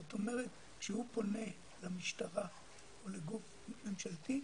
זאת אומרת, כשהוא פונה למשטרה או לגוף ממשלתי,